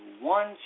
one